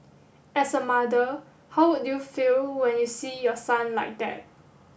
as a mother how would you feel when you see your son like that